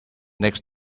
next